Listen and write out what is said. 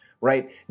right